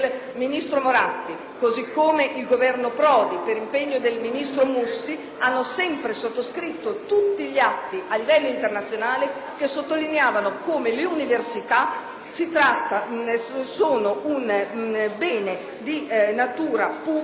così come il Governo Prodi per impegno del ministro Mussi, hanno sempre sottoscritto a livello internazionale tutti gli atti che sottolineavano come le università siano un bene di natura pubblica perché attengono